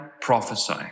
prophesy